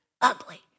Ugly